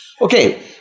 Okay